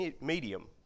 medium